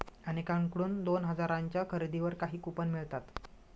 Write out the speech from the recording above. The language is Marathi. अनेकांकडून दोन हजारांच्या खरेदीवर काही कूपन मिळतात